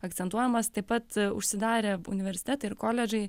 akcentuojamas taip pat užsidarė universitetai ir koledžai